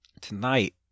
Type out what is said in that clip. tonight